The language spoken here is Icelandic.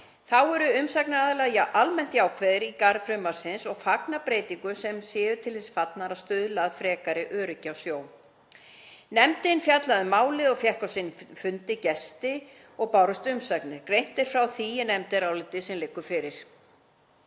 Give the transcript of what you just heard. Þá voru umsagnaraðilar almennt jákvæðir í garð frumvarpsins og fagna breytingum sem séu til þess fallnar að stuðla að frekara öryggi á sjó. Nefndin fjallaði um málið, fékk á sinn fund gesti og bárust umsagnir. Greint er frá því í nefndaráliti sem liggur fyrir.